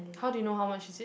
how do you know how much is it